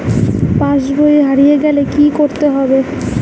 পাশবই হারিয়ে গেলে কি করতে হবে?